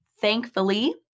Thankfully